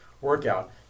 workout